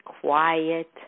quiet